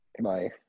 Bye